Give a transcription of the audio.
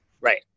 right